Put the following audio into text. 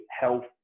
health